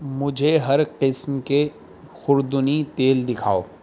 مجھے ہر قسم کے خوردنی تیل دکھاؤ